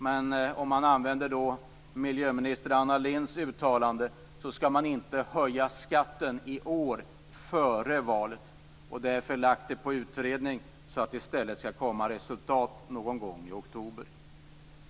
För att använda miljöminister Anna Lindhs uttalande skall man inte höja skatten i år före valet. Därför är det lagt på utredning så att resultatet skall komma någon gång i oktober.